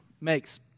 makes